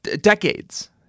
Decades